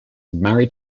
married